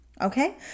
Okay